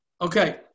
Okay